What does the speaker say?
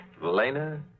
Lena